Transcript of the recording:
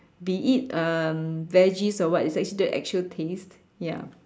we eat um veggies or what is actually the actual taste ya